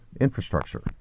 infrastructure